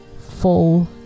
full